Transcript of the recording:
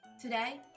Today